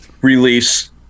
release